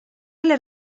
les